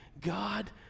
God